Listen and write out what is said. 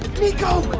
nico,